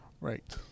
Right